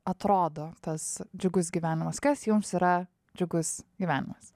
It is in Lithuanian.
atrodo tas džiugus gyvenimas kas jums yra džiugus gyvenimas